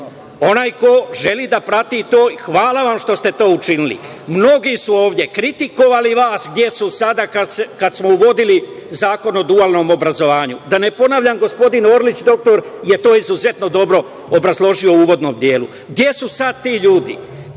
Onaj ko želi da prati to, i hvala vam što ste to učinili. Mnogi su ovde kritikovali vas. Gde su sada kad smo uvodili Zakon o dualnom obrazovanju? Da ne ponavljam, gospodin Orlić, doktor, je to izuzetno dobro obrazložio u uvodnom delu. Gde su sad ti ljudi? Znate